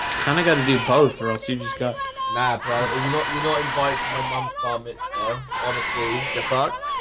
kind of got to do both or else you just cut nap, right? well, you know, you know invite to my mom's palm it's ah honestly you're fucked